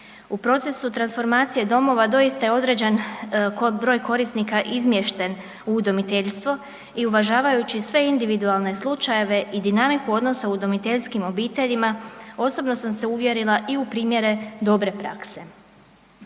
U procesu transformacije domova doista je određen broj korisnika izmješten u udomiteljstvo i uvažavajući sve individualne slučajeve i dinamiku odnosa u udomiteljskim obiteljima osobno sam se uvjerila i u primjere dobre prakse.